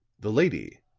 the lady,